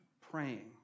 praying